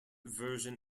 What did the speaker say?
version